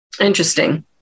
Interesting